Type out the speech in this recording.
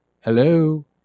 Hello